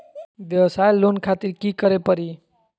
वयवसाय लोन खातिर की करे परी?